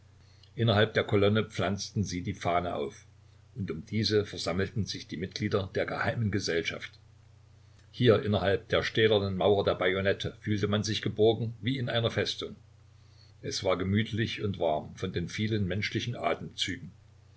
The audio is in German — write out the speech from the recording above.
innerhalb der kolonne pflanzten sie die fahne auf und um diese versammelten sich die mitglieder der geheimen gesellschaft hier innerhalb der stählernen mauer der bajonette fühlte man sich geborgen wie in einer festung es war gemütlich und warm vor den vielen menschlichen atemzügen